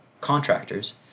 contractors